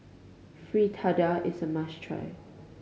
fritada is a must try